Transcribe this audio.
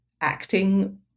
acting